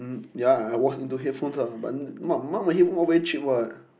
ya I was into headphones ah but now my headphones all very cheap what